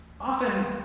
Often